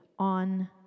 on